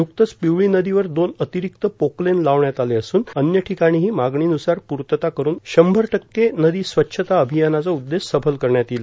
न्कतेच पिवळी नदीवर दोन अतिरिक्त पोकलेन लावण्यात आले असून अन्य ठिकाणीही मागणीन्सार प्र्तता करून आठवडाभरात शंभर टक्के नदी स्वच्छता अभियानाचा उद्देश सफल करण्यात येईल